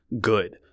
good